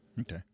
Okay